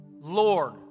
Lord